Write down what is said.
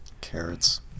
Carrots